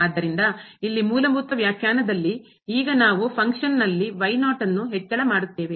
ಆದ್ದರಿಂದ ಇಲ್ಲಿ ಮೂಲಭೂತ ವ್ಯಾಖ್ಯಾನದಲ್ಲಿ ಈಗ ನಾವು ಫಂಕ್ಷನ್ಲ್ಲಿ ಕಾರ್ಯದಲ್ಲಿ ನ್ನು ಹೆಚ್ಚಳ ಮಾಡುತ್ತೇವೆ